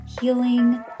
healing